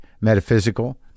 metaphysical